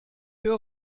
höre